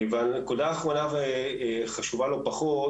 הנקודה האחרונה והחשובה לא פחות,